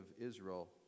Israel